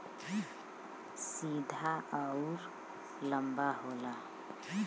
सीधा अउर लंबा होला